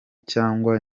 cyangwa